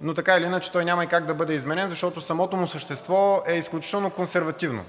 но така или иначе той няма как да бъде изменен, защото самото му същество е изключително консервативно.